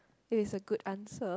it is a good answer